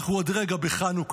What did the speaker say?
אנחנו עוד רגע בחנוכה,